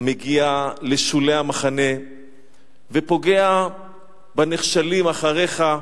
המגיע לשולי המחנה ופוגע ב"נחשלים אחריך",